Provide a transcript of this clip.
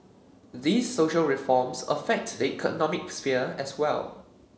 these social reforms affect the economic sphere as well